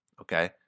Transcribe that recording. okay